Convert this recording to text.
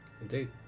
Indeed